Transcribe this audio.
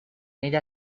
ella